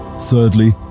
Thirdly